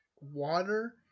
water